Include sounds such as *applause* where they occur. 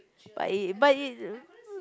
but it but it *noise*